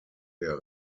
der